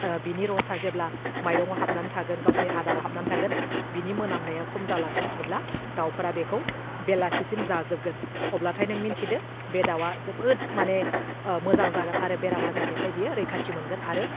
बिनि रसा जेब्ला माइरङाव हाबनानै थागोन गावसिनि आदाराव हाबनानै थागोन बिनि मोनामनाया खम जालांगोन अब्ला दाउफोरा बेखौ बेलासिसिम जाजोबगोन अब्लाथाय नों मोनथिदो बे दाउवा जोबोद माने मोजां जागोन आरो बेराम आजारनिफ्राय बेयो रैखाथि मोनगोन आरो